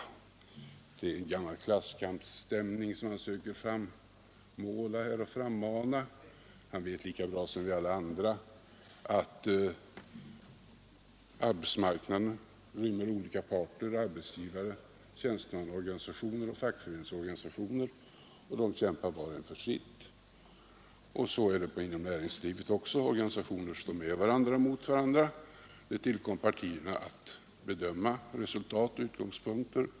Där är det gammal klasskampstämning som herr Andersson försöker frammana. Han vet lika bra som alla vi andra att arbetsmarknaden rymmer olika parter — arbetsgivare, tjänstemannaorganisationer och fack öreningsorganisationer — och de kämpar var och en för sitt. Så är det också inom näringslivet. Där står Organisationer på samma sida eller mot varandra. Det tillkommer partierna att bedöma utgångspunkter och resultat.